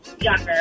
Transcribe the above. Younger